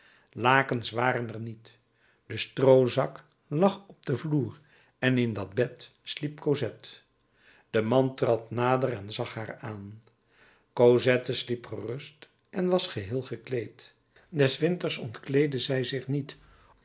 lakens waren er niet de stroozak lag op den vloer en in dat bed sliep cosette de man trad nader en zag haar aan cosette sliep gerust en was geheel gekleed des winters ontkleedde zij zich niet